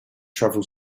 travel